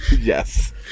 yes